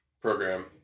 program